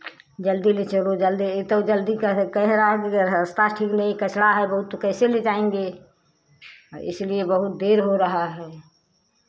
जल्दी ले चलो जल्दी ए तो जल्दी कह कह रहा है कि रास्ता ठीक नहीं है कचड़ा है बहुत तो कैसे ले जाएँगे इसलिए बहुत देर हो रहा है